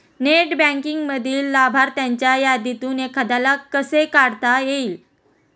Net बँकिंगमधील लाभार्थ्यांच्या यादीतून एखाद्याला कसे काढता येईल?